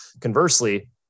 Conversely